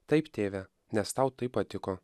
taip tėve nes tau taip patiko